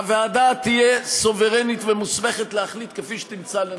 הוועדה תהיה סוברנית ומוסמכת להחליט כפי שתמצא לנכון.